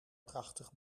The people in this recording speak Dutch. prachtig